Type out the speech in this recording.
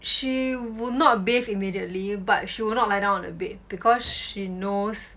she would not bathe immediately but she will not lie down on the bed because she knows